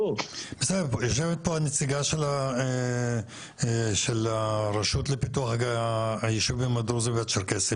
יושבת פה הנציגה של הרשות לפיתוח היישובים הדרוזים והצ'רקסים.